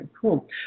Cool